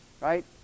right